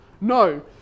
no